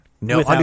No